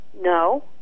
No